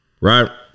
Right